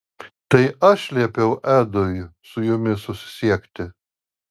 tai aš liepiau edui su jumis susisiekti